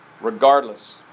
regardless